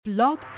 Blog